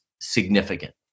significant